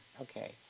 Okay